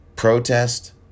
Protest